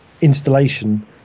installation